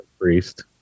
priest